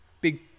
big